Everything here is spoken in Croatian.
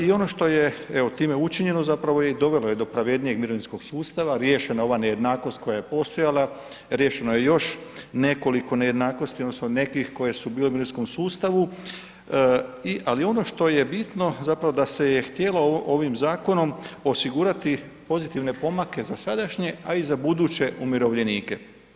I ono što je evo time učinjeno zapravo je i dovelo do pravednijeg mirovinskog sustava, riješena je ova nejednakost koja je postojala, riješeno je još nekoliko nejednakosti odnosno nekih koje su bile u mirovinskom sustavu ali ono što je bitno zapravo da se je htjelo zakonom osigurati pozitivne pomake za sadašnje a i za buduće umirovljenike.